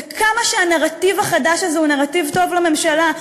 וכמה שהנרטיב החדש הזה הוא נרטיב טוב לממשלה,